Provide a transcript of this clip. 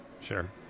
Sure